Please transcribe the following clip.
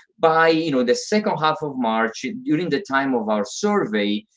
by you know the second half of march, during the time of our survey,